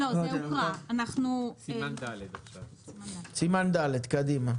אנחנו בסימן ד', קדימה.